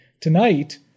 Tonight